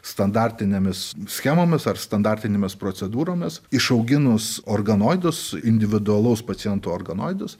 standartinėmis schemomis ar standartinėmis procedūromis išauginus organoidus individualaus paciento organoidus